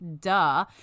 duh